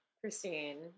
Christine